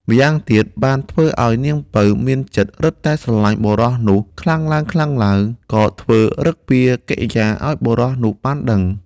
ម្យ៉ាងទៀតបានធ្វើឲ្យនាងពៅមានចិត្តរឹតតែស្រឡាញ់បុរសនោះខ្លាំងឡើងៗ ក៏ធ្វើឫកពាកិរិយាឲ្យបុរសនោះបានដឹង។